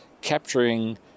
capturing